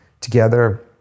together